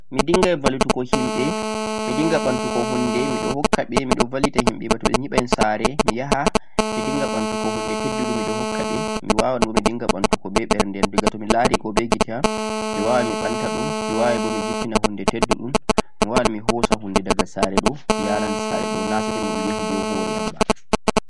mi dinngay ballutugo himɓe mi dinnga ɓantugo huunde mi ɗo hokka ɓe mi ɗo ballita himɓe ba to ɓe yiɓay saare mi ya ha mi dinnga ɓantugo huunde tedduɗum mi ɗo hokka ɓe mi waawan bo mi dinnga ɓantugo be ɓerde am diga to mi laari bo be gite am mi waawan mi ɓanta ɗum mi waaway bo mi jippina huunde tedduɗum, mi waawan mi hoosa huunde diga saare ɗo yaran saare ɗo na say to mi yahi be hoore am ba.